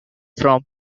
from